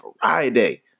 Friday